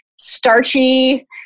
starchy